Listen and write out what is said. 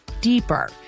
deeper